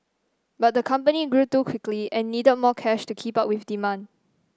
but the company grew too quickly and needed more cash to keep up with demand